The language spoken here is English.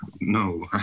No